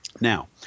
Now